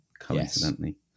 Coincidentally